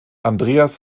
andreas